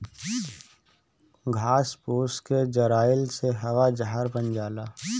घास फूस के जरइले से हवा जहर बन जाला